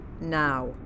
Now